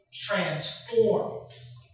transforms